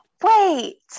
Wait